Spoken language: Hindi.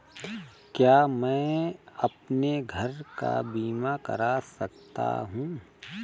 क्या मैं अपने घर का बीमा करा सकता हूँ?